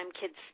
kids